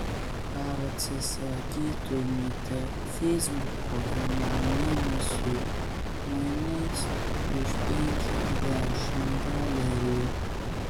ar atsisakytumėte feisbuko vienam mėnesiui mainais už penkiasdešimt dolerių